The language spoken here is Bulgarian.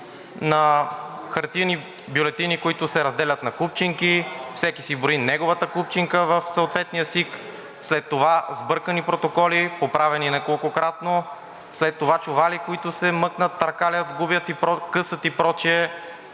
на хартиени бюлетини, които се разделят на купчинки – всеки си брои неговата купчинка в съответния СИК, след това сбъркани протоколи, поправени неколкократно, след това чували, които се мъкнат, търкалят, губят, късат и прочие